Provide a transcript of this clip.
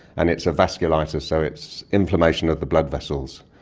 and it's a vasculitis, so it's inflammation of the blood vessels.